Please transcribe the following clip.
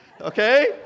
Okay